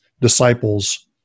disciples